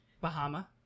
Bahama